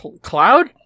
cloud